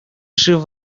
шыв